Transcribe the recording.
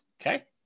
Okay